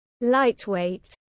lightweight